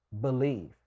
believe